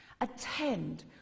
attend